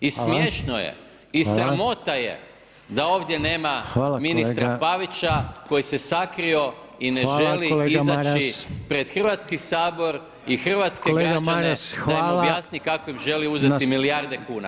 I smiješno je i sramota je da ovdje nema ministra Pavića koji se sakrio i ne [[Upadica Reiner: Hvala kolega Maras.]] želi izaći pred Hrvatski sabor i hrvatske građane da im objasni kako želi uzeti milijarde kuna.